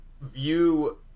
view